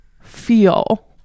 feel